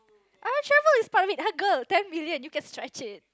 I'll travel it's part of it ah girl it's ten million you can stretch it